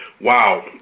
Wow